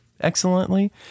excellently